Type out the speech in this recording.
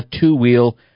two-wheel